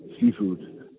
Seafood